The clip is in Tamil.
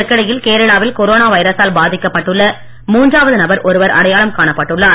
இதற்கிடையில் கேரளாவில் கொரோனா வைரசால் பாதிக்கப்பட்டுள்ள முன்றாவது நபர் அடையாளம் ஒருவர் காணப்பட்டுள்ளார்